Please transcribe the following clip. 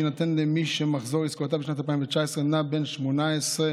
שיינתן למי שמחזור עסקאותיו בשנת 2019 נע בין 18,000